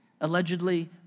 Allegedly